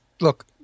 look